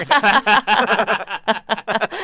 i